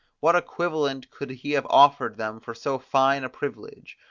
what equivalent could he have offered them for so fine a privilege?